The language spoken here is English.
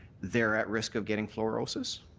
they're at risk of getting fluorosis?